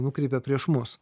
nukreipė prieš mus